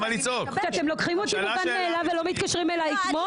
כשאתם לוקחים אותי כמובן מאליו ולא מתקשרים אליי אתמול?